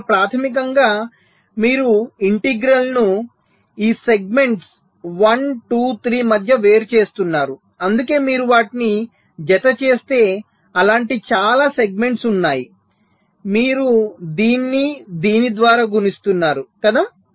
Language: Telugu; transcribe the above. ఇక్కడ ప్రాథమికంగా మీరు ఇంటిగ్రల్ ను ఈ సెగ్మెంట్స్ 1 2 3 మధ్య వేరు చేస్తున్నారు అందుకే మీరు వాటిని జతచేస్తే అలాంటి చాలా సెగ్మెంట్స్ ఉన్నాయి మీరు దీన్ని దీని ద్వారా గుణిస్తున్నారు కదా